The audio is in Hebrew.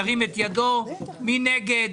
מי נגד?